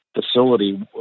facility